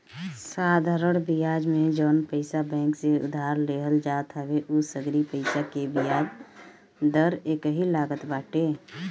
साधरण बियाज में जवन पईसा बैंक से उधार लेहल जात हवे उ सगरी पईसा के बियाज दर एकही लागत बाटे